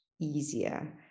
easier